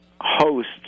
host